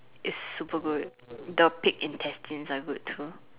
is super good the pig intestines are good too